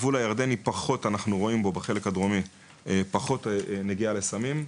הגבול הירדני הדרומי פחות אנחנו רואים בו נגיעה לסמים.